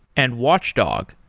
and watchdog,